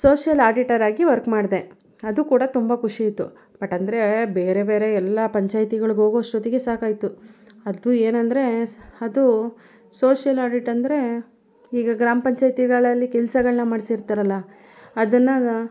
social ಆಡಿಟರಾಗಿ work ಮಾಡಿದೆ ಅದು ಕೂಡ ತುಂಬ ಖುಷಿ ಇತ್ತು ಬಟ್ ಅಂದರೆ ಬೇರೆ ಬೇರೆ ಎಲ್ಲ ಪಂಚಾಯ್ತಿಗಳ್ಗೆ ಹೋಗುವಷ್ಟು ಹೊತ್ತಿಗೆ ಸಾಕಾಯಿತು ಅದು ಏನೆಂದ್ರೆ ಸ ಅದು ಸೋಷ್ಯಲ್ ಆಡಿಟ್ ಅಂದರೆ ಈಗ ಗ್ರಾಮ ಪಂಚಾಯಿತಿಗಳಲ್ಲಿ ಕೆಲಸಗಳ್ನ ಮಾಡ್ಸಿರ್ತಾರಲ್ಲ ಅದನ್ನು